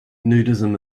nudism